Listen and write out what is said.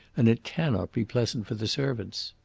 and it cannot be pleasant for the servants.